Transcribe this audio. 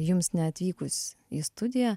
jums neatvykus į studiją